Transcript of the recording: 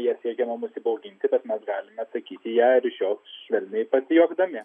ja siekiama mus įbauginti kad mes galime atsakyti į ją ir iš jos švelniai pasijuokdami